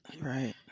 Right